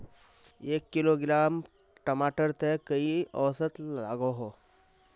एक किलोग्राम टमाटर त कई औसत लागोहो?